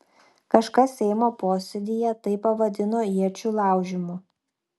kažkas seimo posėdyje tai pavadino iečių laužymu